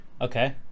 Okay